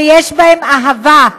שיש בהם אהבה,